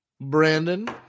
Brandon